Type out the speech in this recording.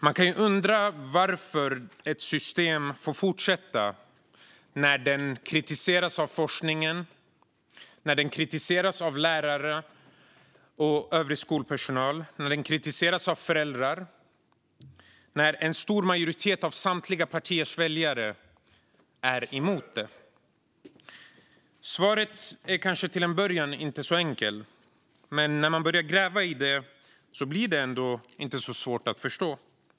Man kan undra varför ett system får fortsätta när det kritiseras av forskningen, lärare och övrig skolpersonal samt föräldrar och när en stor majoritet av samtliga partiers väljare är emot det. Svaret är till en början kanske inte så enkelt. Men när man börjar gräva i det blir det ändå inte så svårt att förstå.